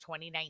2019